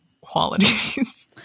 qualities